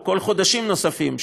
או כל חודשים נוספים,